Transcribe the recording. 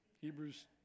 Hebrews